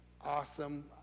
awesome